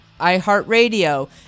iHeartRadio